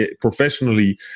professionally